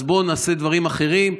אז בואו נעשה דברים אחרים,